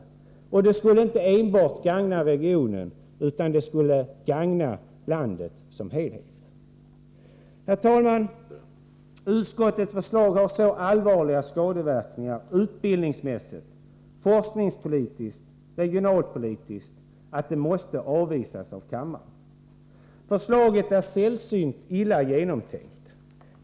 Det skulle gagna inte bara regionen utan hela landet. Herr talman! Utskottets förslag skulle medföra så allvarliga skadeverkningar utbildningsmässigt, forskningspolitiskt och regionalpolitiskt att det måste avvisas av kammaren. Förslaget är sällsynt illa genomtänkt.